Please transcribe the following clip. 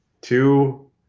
two